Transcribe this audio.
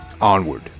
onward